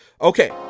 Okay